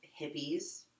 hippies